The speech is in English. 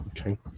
okay